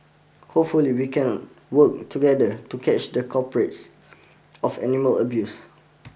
hopefully we can work together to catch the culprits of animal abuse